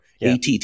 ATT